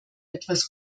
etwas